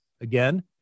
Again